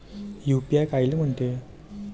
UPI कायले म्हनते?